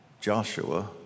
Joshua